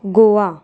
Goa